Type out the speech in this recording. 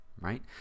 right